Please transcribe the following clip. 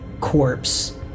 corpse